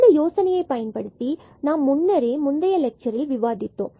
இந்த யோசனையை பயன்படுத்தி இதை நாம் முன்னரே முந்தைய லெக்சர் இல் விவாதித்தோம்